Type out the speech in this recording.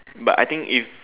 but I think if